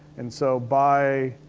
and so by.